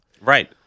Right